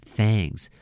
Thanks